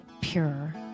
pure